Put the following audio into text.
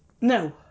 No